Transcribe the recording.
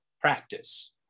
practice